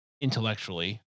intellectually